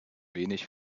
wenig